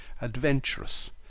adventurous